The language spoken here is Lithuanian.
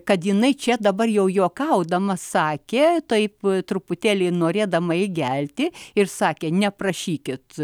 kad jinai čia dabar jau juokaudama sakė taip truputėlį norėdama įgelti ir sakė neprašykit